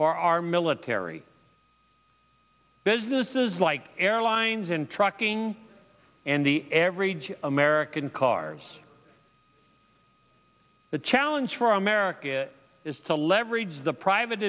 for our military businesses like airlines and trucking and the average american cars the challenge for america is to leverage the private